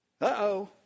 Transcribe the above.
Uh-oh